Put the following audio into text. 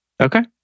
Okay